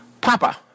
Papa